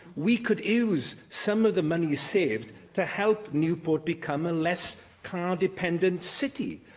we could use some of the money saved to help newport become a less car-dependent city.